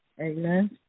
Amen